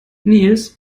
nils